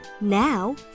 Now